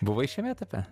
buvai šiame etape